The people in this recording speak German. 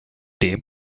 dem